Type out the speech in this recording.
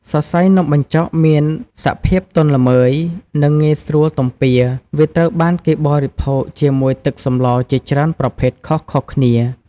សរសៃនំបញ្ចុកមានសភាពទន់ល្មើយ និងងាយស្រួលទំពាវាត្រូវបានគេបរិភោគជាមួយទឹកសម្លជាច្រើនប្រភេទខុសៗគ្នា។